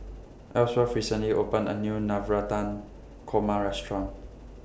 Ellsworth recently opened A New Navratan Korma Restaurant